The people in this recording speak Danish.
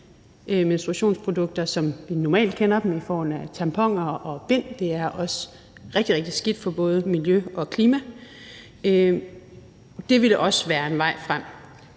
menstruationsprodukter, som vi normalt kender dem, i form af tamponer og bind er også rigtig, rigtig skidt for både miljøet og klimaet. Det ville også være en vej frem.